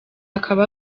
akaba